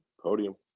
podium